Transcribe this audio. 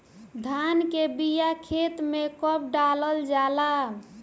धान के बिया खेत में कब डालल जाला?